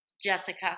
Jessica